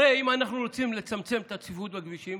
הרי אם אנחנו רוצים לצמצם את הצפיפות בכבישים,